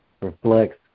reflects